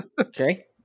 Okay